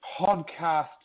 podcast